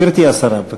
גברתי השרה, בבקשה.